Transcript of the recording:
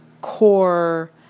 core